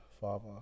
father